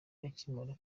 akimara